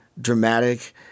dramatic